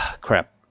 crap